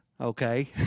Okay